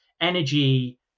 energy